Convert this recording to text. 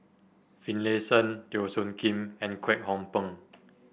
Finlayson Teo Soon Kim and Kwek Hong Png